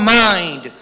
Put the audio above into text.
mind